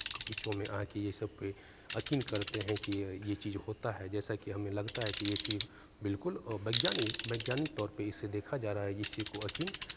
के बीचों में आके ये सब पे यकीन करते हैं कि यह ये चीज़ होता है जैसा कि हमें लगता है कि ये चीज़ बिल्कुल अवैज्ञानिक वैज्ञानिक तौर पे इसे देखा जा रहा है इसी को यकीन